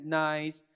nice